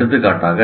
எடுத்துக்காட்டாக